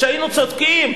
כשהיינו צודקים,